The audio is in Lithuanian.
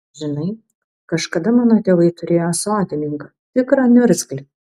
žinai kažkada mano tėvai turėjo sodininką tikrą niurgzlį